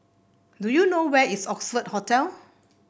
do you know where is Oxford Hotel